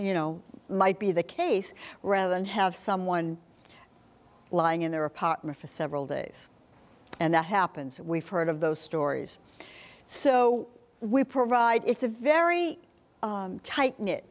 you know might be the case rather than have someone lying in their apartment for several days and that happens we've heard of those stories so we provide it's a very tight knit